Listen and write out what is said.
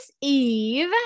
Eve